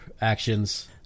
actions